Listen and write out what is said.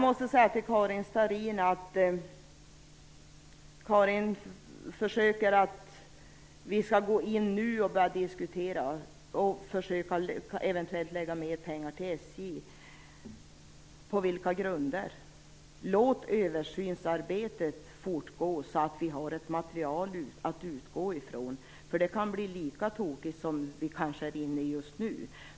Karin Starrin talar om att vi redan nu skall gå in med mer pengar till SJ. Jag måste då fråga: På vilka grunder? Låt översynsarbetet fortgå, så att vi har ett material att utgå från! Det kan annars bli lika tokigt som det vi är inne i just nu.